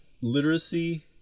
literacy